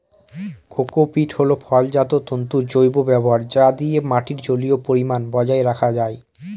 cocopeat হল ফলজাত তন্তুর জৈব ব্যবহার যা দিয়ে মাটির জলীয় পরিমান বজায় রাখা যায়